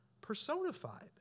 personified